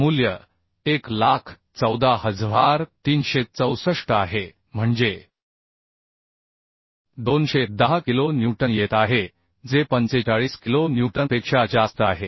मूल्य 114364 आहे म्हणजे 210 किलो न्यूटन येत आहे जे 45 किलो न्यूटनपेक्षा जास्त आहे